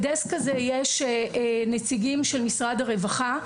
בדסק הזה יש נציגים של משרד הרווחה,